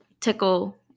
tickle